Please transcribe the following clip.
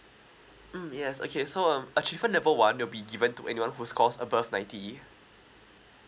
mm yes okay so um achievement level one will be given to anyone who score above ninety